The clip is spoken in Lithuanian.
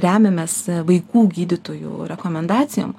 remiamės vaikų gydytojų rekomendacijom